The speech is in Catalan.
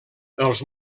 els